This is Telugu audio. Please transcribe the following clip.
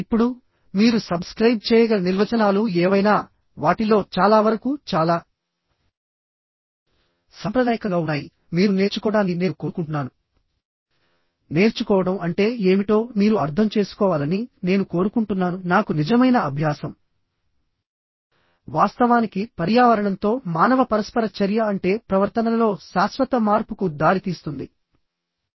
ఇప్పుడు మీరు సబ్స్క్రైబ్ చేయగల నిర్వచనాలు ఏవైనా వాటిలో చాలా వరకు చాలా సాంప్రదాయకంగా ఉన్నాయి మీరు నేర్చుకోవడాన్ని చూడాలని నేను కోరుకుంటున్నాను మరియు నేర్చుకోవడం అంటే ఏమిటో మీరు అర్థం చేసుకోవాలని నేను కోరుకుంటున్నానుః నాకు నిజమైన అభ్యాసం వాస్తవానికి పర్యావరణంతో మానవ పరస్పర చర్య అంటే ప్రవర్తనలో శాశ్వత మార్పుకు దారితీస్తుంది